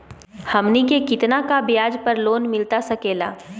हमनी के कितना का ब्याज पर लोन मिलता सकेला?